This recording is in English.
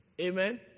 Amen